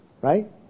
right